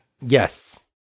Yes